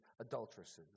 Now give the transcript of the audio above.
adulteresses